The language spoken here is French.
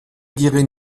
diraient